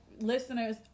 listeners